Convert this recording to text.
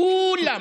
כולם.